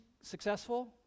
successful